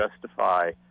justify